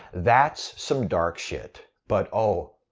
that's some dark shit. but oh,